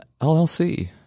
LLC